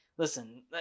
Listen